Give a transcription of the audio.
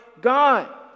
God